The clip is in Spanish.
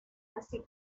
así